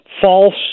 false